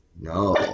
No